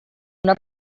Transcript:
una